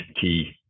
key